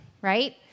right